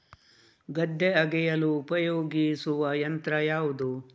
ಗದ್ದೆ ಅಗೆಯಲು ಉಪಯೋಗಿಸುವ ಯಂತ್ರ ಯಾವುದು?